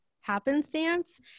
happenstance